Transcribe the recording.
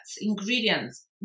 ingredients